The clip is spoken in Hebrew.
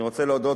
אני רוצה להודות,